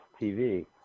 TV